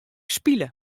spile